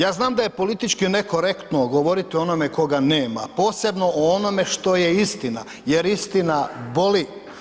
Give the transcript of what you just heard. Ja znam da je politički nekorektno govoriti o onome koga nema, posebno o onome što je istina jer istina boli.